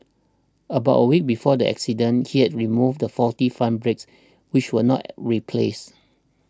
about a week before the accident he had removed the faulty front brakes which were not replaced